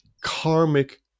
karmic